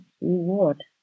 reward